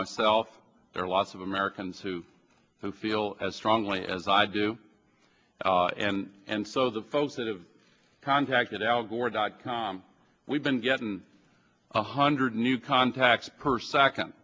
myself there are lots of americans who who feel as strongly as i do and and so the folks that are i contacted al gore dot com we've been getting a hundred new contacts per second